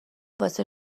واسه